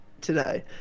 today